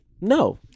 no